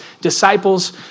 disciples